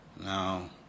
Now